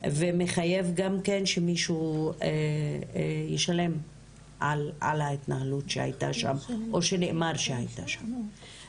וזה מחייב שמישהו ישלם על ההתנהלות שהייתה שם או שנאמר שהייתה שם.